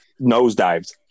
nosedived